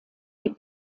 die